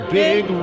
big